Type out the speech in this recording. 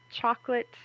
chocolate